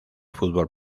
fútbol